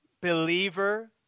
believer